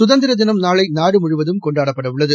சுதந்திர தினம் நாளை நாடுமுழுவதும் கொண்டாடப்படவுள்ளது